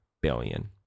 billion